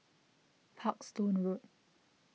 Parkstone Road